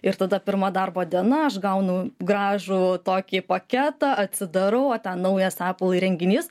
ir tada pirmą darbo diena aš gaunu grąžų tokį paketą atsidarau tą naują apple įrenginys